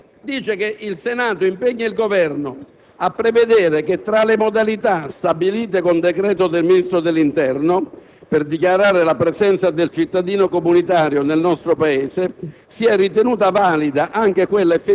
Infatti, il suo subemendamento, anziché dire, come io credevo, che «può» deve essere sostituito con «deve», dice che «può presentarsi» deve essere sostituito con «deve dichiarare». Per carità, capisco che non sono esattamente la stessa cosa.